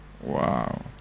Wow